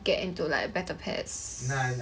get into like better PES